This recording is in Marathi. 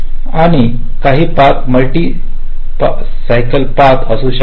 आणि काही पथ मल्टि सायकलपथ असू शकतात